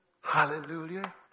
Hallelujah